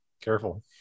Careful